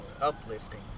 uplifting